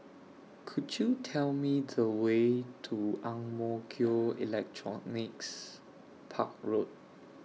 Could YOU Tell Me The Way to Ang Mo Kio Electronics Park Road